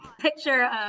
picture